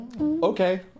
okay